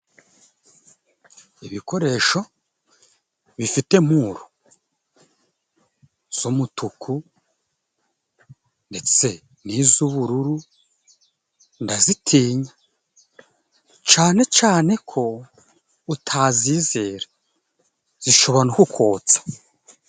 Ibikoresho bifite mpuru z'umutuku ndetse n'iz'ubururu ndazitinya, cane cane ko utazizera zishobora no kukotsa.